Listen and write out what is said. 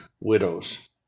widows